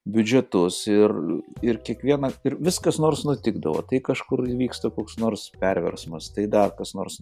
biudžetus ir ir kiekvieną ir vis kas nors nutikdavo tai kažkur įvyksta koks nors perversmas tai dar kas nors